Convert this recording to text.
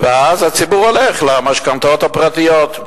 ואז הציבור הולך למשכנתאות הפרטיות.